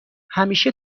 همیشه